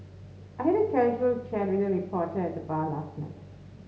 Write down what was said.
I had a casual chat with a reporter at the bar last night